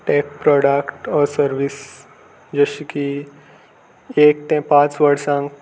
tech product service जशें की एक ते पांच वर्सांक